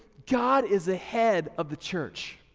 god is ahead of the church.